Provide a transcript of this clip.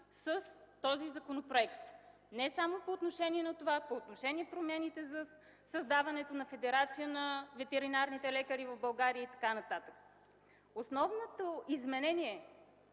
с този законопроект не само по отношение на това, а по отношение и на промените за създаване на федерация на ветеринарните лекари в България и така нататък. Едно от основните